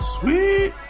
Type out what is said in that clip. Sweet